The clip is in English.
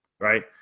right